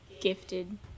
gifted